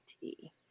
tea